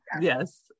yes